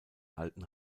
alten